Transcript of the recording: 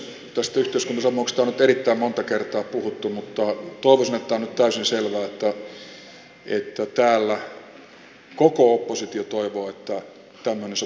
tästä yhteiskuntasopimuksesta on nyt erittäin monta kertaa puhuttu mutta toivoisin että on nyt täysin selvää että täällä koko oppositio toivoo että tämmöinen sopimus voisi syntyä